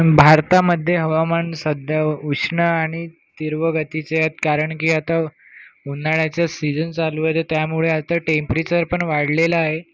भारतामध्ये हवामान सध्या उष्ण आणि तीव्र गतीचे आहेत कारण की आता उन्हाळ्याचा सीझन चालू आहे तर त्यामुळे आता टेंप्रेचर पण वाढलेलं आहे